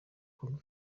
congo